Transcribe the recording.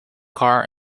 car